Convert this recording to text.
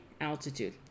altitude